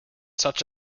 such